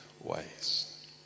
ways